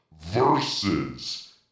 Versus